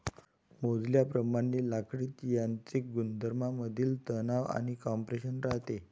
मोजल्याप्रमाणे लाकडीत यांत्रिक गुणधर्मांमधील तणाव आणि कॉम्प्रेशन राहते